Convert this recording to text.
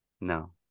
No